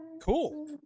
Cool